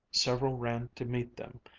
several ran to meet them,